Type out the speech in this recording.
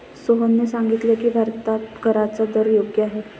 सोहनने सांगितले की, भारतात कराचा दर योग्य आहे